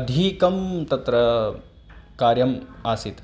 अधिकं तत्र कार्यम् आसीत्